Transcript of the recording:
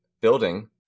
building